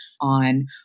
on